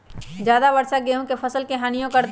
ज्यादा वर्षा गेंहू के फसल के हानियों करतै?